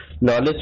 knowledge